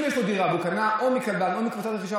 אם יש לו דירה והוא קנה מקבלן או מקבוצת רכישה,